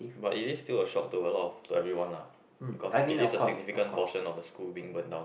but it is still a shock to a lot of to everyone lah because it is a significant portion of the school being burn down